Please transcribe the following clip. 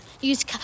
Use